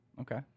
Okay